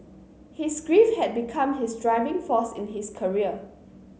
his grief had become his driving force in his career